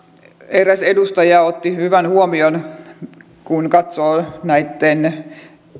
eräs edustaja teki hyvän huomion siitä kun katsoo näitten